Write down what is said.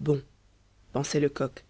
bon pensait lecoq